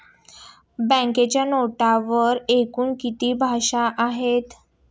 बँकेच्या नोटेवर एकूण किती भाषा आहेत?